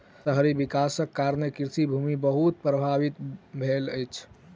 शहरी विकासक कारणें कृषि भूमि बहुत प्रभावित भेल अछि